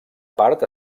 part